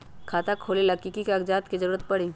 खाता खोले ला कि कि कागजात के जरूरत परी?